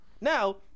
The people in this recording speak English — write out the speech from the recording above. Now